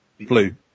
Blue